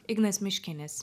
ignas miškinis